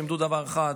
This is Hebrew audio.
לימדו דבר אחד,